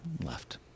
Left